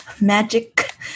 magic